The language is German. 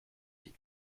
die